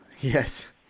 yes